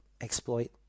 exploit